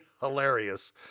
hilarious